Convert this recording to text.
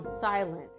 silent